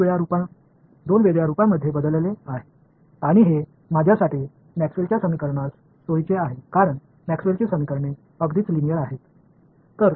இதை அறிமுகப்படுத்துவதன் மூலம் நான் நேரம் மற்றும் ஸ்பேஸ் பங்கையும் பிரிக்கிறேன் நான் அதை இரண்டு தனித்தனி மாறிகளாக மாற்றினேன் மேக்ஸ்வெல்லின் Maxwell's சமன்பாடுகளுடன் இது எனக்கு வசதியானது ஏனெனில் மேக்ஸ்வெல்லின் Maxwell's சமன்பாடுகள் எளிமையான லீனியர்